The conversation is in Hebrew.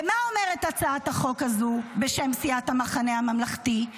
ומה אומרת הצעת החוק הזו, בשם סיעת המחנה הממלכתי?